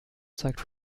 zeugt